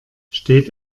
steht